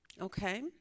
Okay